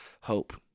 hope